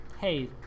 hey